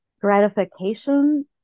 gratification